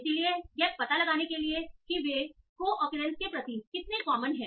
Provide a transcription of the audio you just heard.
इसलिए यह पता लगाने के लिए कि वे को ऑक्युरेंसके प्रति कितने कॉमन हैं